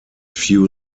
few